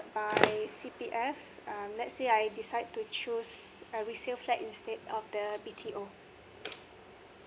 by C P F um let's say I decide to choose a resale flat instead of the B T O